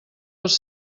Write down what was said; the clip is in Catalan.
els